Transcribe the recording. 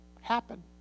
happen